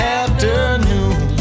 afternoon